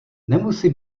nemusí